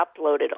uploaded